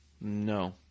No